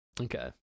Okay